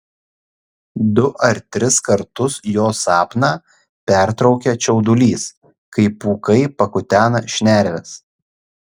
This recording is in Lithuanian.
du ar tris kartus jo sapną pertraukia čiaudulys kai pūkai pakutena šnerves